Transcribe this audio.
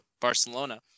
Barcelona